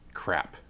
crap